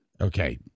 Okay